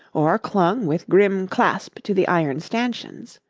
or clung with grim clasp to the iron stanchions.